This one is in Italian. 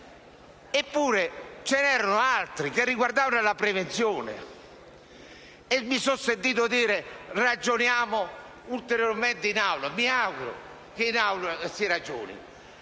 Eppure, ce n'erano altri che riguardavano la prevenzione, sui quali mi sono sentito dire che avremmo ragionato ulteriormente in Aula. Mi auguro che in Aula si ragioni.